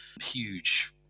huge